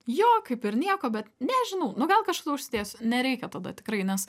jo kaip ir nieko bet nežinau nu gal kažkada užsidėsiu nereikia tada tikrai nes